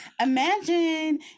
imagine